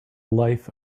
life